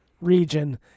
region